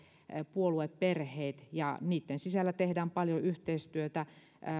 puolueperheet ja niitten sisällä tehdään paljon yhteistyötä